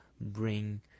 bring